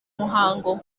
muhango